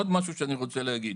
עוד משהו שאני רוצה להגיד: